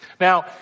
Now